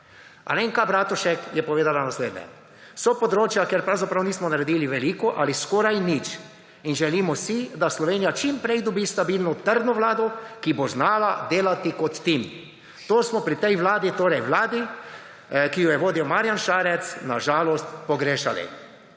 Alenka Bratušek je povedala naslednje: »So področja, kjer pravzaprav nismo naredili veliko ali skorajda nič. Želimo si, da Slovenija čim prej dobi stabilno, trdno vlado, ki bo znala delati kot tim. To smo pri tej vladi,« torej vladi, ki jo je vodil Marjan Šarec, »na žalost pogrešali.«